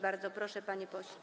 Bardzo proszę, panie pośle.